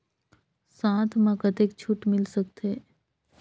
साथ म कतेक छूट मिल सकथे?